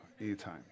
anytime